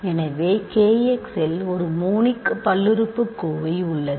எனவே k x இல் ஒரு மோனிக் பல்லுறுப்புக்கோவை உள்ளது